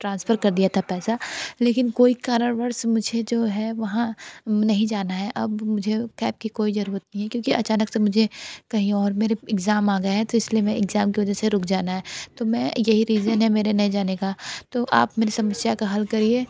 transfer कर दिया था पैसा लेकिन कोई कारणवर्ष मुझे जो है वहाँ नहीं जाना है अब मुझे कैब की कोई ज़रूरत नहैं है क्योंकि अचानक से मुझे कहीं और मेरे इग्ज़ाम आ गए हैं तो इसलिए मैं इग्ज़ाम के वजह से रुक जाना है तो मैं यही रीज़न है मेरे नहीं जाने का तो आप मेरे समस्या का हल करिए